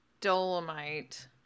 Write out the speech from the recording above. dolomite